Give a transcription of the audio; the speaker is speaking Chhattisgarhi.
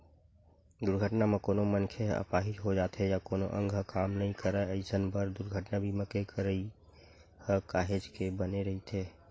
दुरघटना म कोनो मनखे ह अपाहिज हो जाथे या कोनो अंग ह काम नइ करय अइसन बर दुरघटना बीमा के करई ह काहेच के बने रहिथे